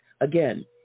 Again